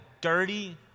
dirty